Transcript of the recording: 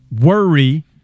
worry